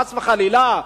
חס וחלילה,